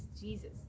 Jesus